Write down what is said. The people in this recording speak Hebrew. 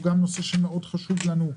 שזה גם נושא שמאוד חשוב לנו,